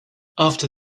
after